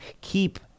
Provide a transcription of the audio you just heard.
keep